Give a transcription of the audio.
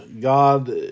God